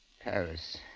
Paris